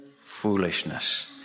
foolishness